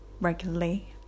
regularly